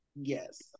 yes